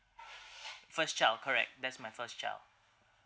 first child correct that's my first child